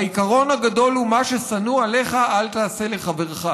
העיקרון הגדול הוא: מה ששנוא עליך אל תעשה לחברך.